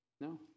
No